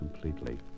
completely